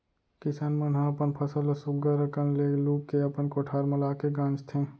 किसान मन ह अपन फसल ल सुग्घर अकन ले लू के अपन कोठार म लाके गांजथें